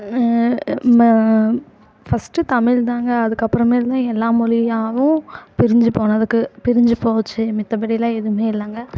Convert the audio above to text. ம ஃபஸ்ட்டு தமிழ்தாங்க அதுக்கப்புறமேல் தான் எல்லா மொழியாவும் பிரிஞ்சு போனதுக்கு பிரிஞ்சு போச்சு மத்தபடிலாம் எதுவுமே இல்லைங்க